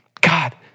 God